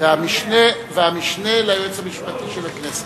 והמשנה ליועץ המשפטי של הכנסת".